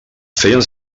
feien